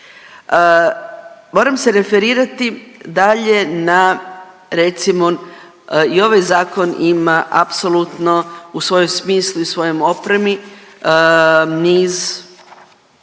Moram se referirati dalje na recimo i ovaj zakon ima apsolutno u svojem smislu i svojem opremi niz